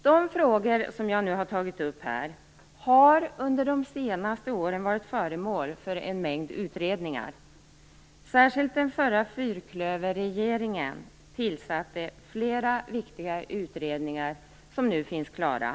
De frågor som jag här har tagit upp har under de senaste åren varit föremål för en mängd utredningar. Särskilt den förra fyrklöverregeringen tillsatte flera viktiga utredningar som nu finns klara.